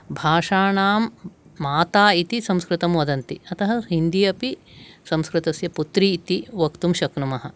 भाषाणां माता इति संस्कृतं वदन्ति अतः हिन्दी अपि संस्कृतस्य पुत्री इति वक्तुं शक्नुमः